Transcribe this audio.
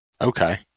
okay